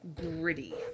gritty